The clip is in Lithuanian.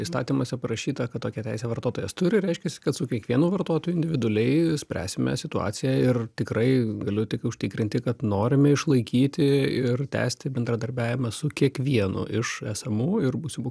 įstatymuose parašyta kad tokią teisę vartotojas turi ir reiškiasi kad su kiekvienu vartotoju individualiai spręsime situaciją ir tikrai galiu tik užtikrinti kad norime išlaikyti ir tęsti bendradarbiavimą su kiekvienu iš esamų ir būsimų